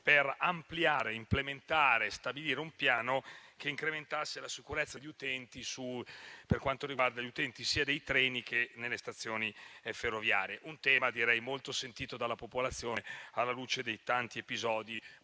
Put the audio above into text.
per ampliare, implementare e stabilire un piano che incrementasse la sicurezza degli utenti sia sui treni che nelle stazioni ferroviarie. È un tema molto sentito dalla popolazione, alla luce dei tanti episodi,